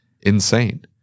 Insane